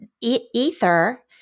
ether